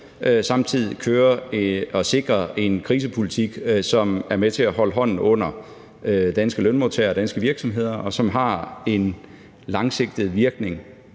samtidig sikre en krisepolitik, som er med til at holde hånden under danske lønmodtagere og danske virksomheder, og som har en langsigtet virkning,